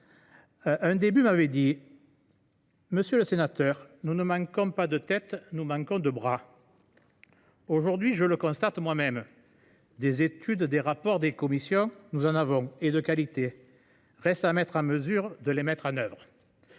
un élu m’avait dit :« Monsieur le sénateur, nous ne manquons pas de têtes, nous manquons de bras. » Aujourd’hui, je le constate moi même : des études, des rapports, des commissions, nous en avons, et de qualité. Il reste à les mettre en œuvre